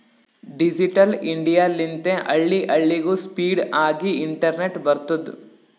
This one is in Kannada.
ಡಿಜಿಟಲ್ ಇಂಡಿಯಾ ಲಿಂತೆ ಹಳ್ಳಿ ಹಳ್ಳಿಗೂ ಸ್ಪೀಡ್ ಆಗಿ ಇಂಟರ್ನೆಟ್ ಬರ್ತುದ್